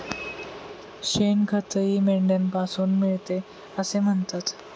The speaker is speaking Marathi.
शेणखतही मेंढ्यांपासून मिळते असे म्हणतात